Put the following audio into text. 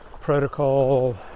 protocol